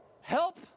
help